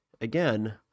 again